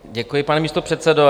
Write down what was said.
Děkuji, pane místopředsedo.